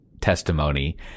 testimony